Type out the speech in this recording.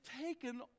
taken